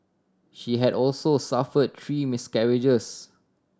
she had also suffered three miscarriages